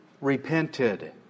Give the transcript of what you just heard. repented